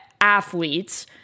athletes